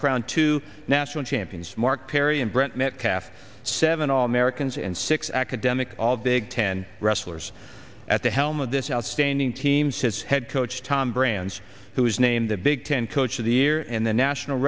crown two national champions mark perry and brett metcalf seven all americans and six academic all big ten wrestlers at the helm of this outstanding team says head coach tom brands who is named the big ten coach of the year and the national